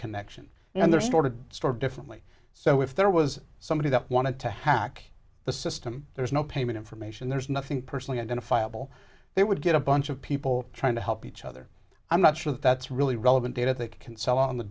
connection you know the store to store differently so if there was somebody that wanted to hack the system there's no payment information there's nothing personally identifiable there would get a bunch of people trying to help each other i'm not sure that's really relevant data that can sell on the